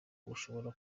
ushobora